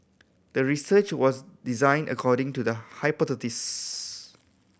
the research was designed according to the hypothesis